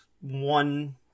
One